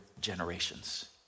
generations